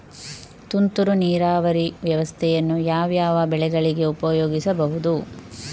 ತುಂತುರು ನೀರಾವರಿ ವ್ಯವಸ್ಥೆಯನ್ನು ಯಾವ್ಯಾವ ಬೆಳೆಗಳಿಗೆ ಉಪಯೋಗಿಸಬಹುದು?